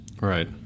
Right